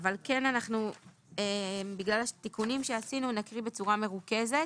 אבל בגלל התיקונים שעשינו בצורה מרוכזת